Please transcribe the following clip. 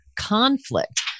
conflict